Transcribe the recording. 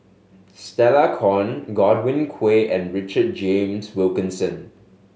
Stella Kon Godwin Koay and Richard James Wilkinson